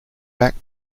back